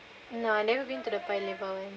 no I never been to the Paya Lebar one